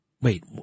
Wait